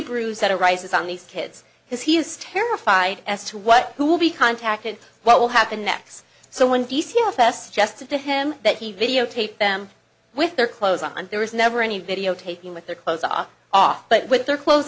bruise that arises on these kids his he is terrified as to what who will be contacted what will happen next so when d c fs just to him that he videotaped them with their clothes on there was never any videotaping with their clothes off off but with their clothes